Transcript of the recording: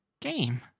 game